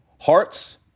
Hearts